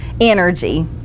energy